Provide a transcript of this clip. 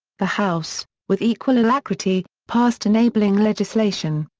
the house, with equal alacrity, passed enabling legislation.